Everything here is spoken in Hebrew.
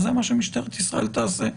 אז זה מה שמשטרת ישראל תעשה.